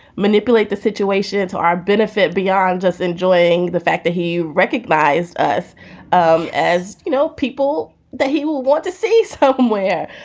manipulate the situation to our benefit beyond just enjoying the fact that he recognized us um as, you know, people that he will want to see spoken where.